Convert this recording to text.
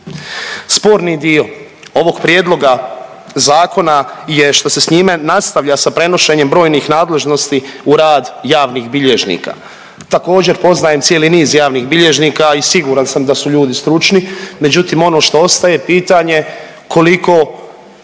Sporni dio ovog Prijedloga zakona je što se s njime nastavlja sa prenošenjem brojnih nadležnosti u rad javnih bilježnika. Također, poznajem cijeli niz javnih bilježnika i siguran sam da su ljudi stručni, međutim, ono što ostaje pitanje, koliko